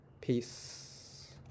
Peace